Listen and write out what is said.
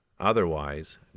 Otherwise